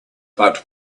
but